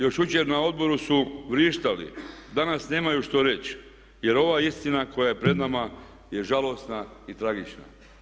Još jučer na odboru su vrištali, danas nemaju što reći jer ova istina koja je pred nama je žalosna i tragična.